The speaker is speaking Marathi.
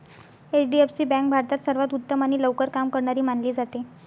एच.डी.एफ.सी बँक भारतात सर्वांत उत्तम आणि लवकर काम करणारी मानली जाते